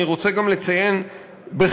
אני רוצה גם לציין לחיוב,